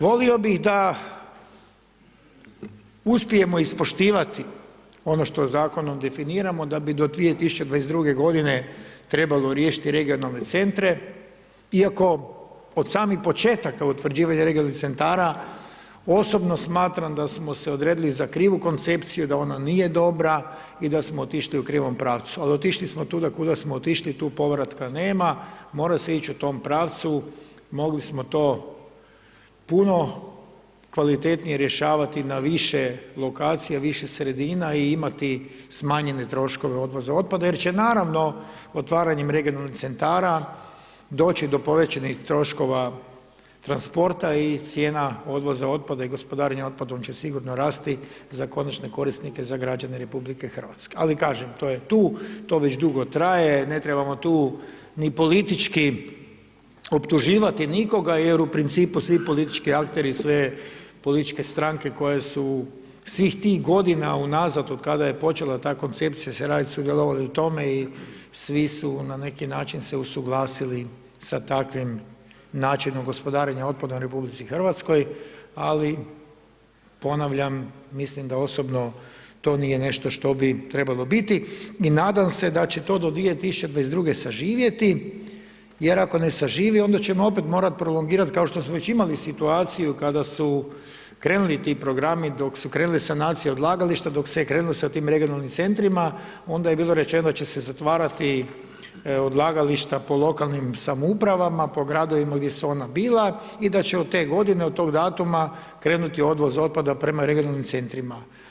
Volio bi da uspijemo ispoštovati ono što zakonom definiramo da bi do 2022. g. trebalo riješiti regionalne centre, iako od samih početaka utvrđivanja regionalnih centara osobno smatram da smo se odredili za krivu konekciju, da ona nije dobra i da smo išli u krivom pravcu, ali otišli smo tuda kuda smo otišli i tu povratka nema, mora se ići u tom pravcu, mogli smo to puno kvalitetnije rješavati na više lokacija, više sredina i imati smanjene troškova odvoze otpada, jer će naravno otvaranje regionalnog centara, doći do povećanih troškova transporta i cijena odvoza otpada i gospodarenje otpadom će sigurno rasti za konačne korisnike, za građane RH, ali kažem, to je tu, to već dugo traje, ne trebamo tu ni politički optuživati nikoga, jer u principu svi politički akteri, sve političke stranke, koje su svih tih godina unazad, od kada je počela sva koncepcija se raditi, sudjelovali u tome i svi su na nekim način se usuglasili sa takvim načinom gospodarenja otpadom u RH, ali ponavljam, mislim da osobno to nije nešto što bi trebalo biti i nadam se da će to do 2022. saživjeti jer ako ne saživi onda ćemo opet morat prolongirat kao što smo već imali situaciju kada su krenuli ti programi dok su krenule sanacije odlagališta, dok se je krenulo sa tim regionalnim centrima onda je bilo rečeno da će se zatvarati odlagališta po lokalnim samoupravama, po gradovima gdje su ona bila i da će od te godine, od tog datuma krenuti odvoz otpada prema regionalnim centrima.